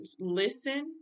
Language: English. Listen